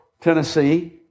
Tennessee